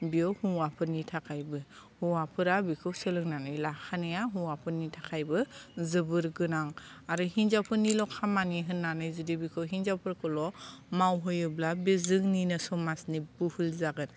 बेयो हौवाफोरनि थाखायबो हौवाफोरा बेखौ सोलोंनानै लाखानाया हौवाफोरनि थाखायबो जोबोर गोनां आरो हिनजावफोरनिल' खामानि होननानै जुदि बेखौ हिनजावफोरखौल' मावहोयोब्ला बे जोंनिनो समाजनि भुल जागोन